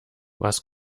was